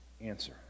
answer